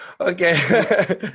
Okay